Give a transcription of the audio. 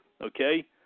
okay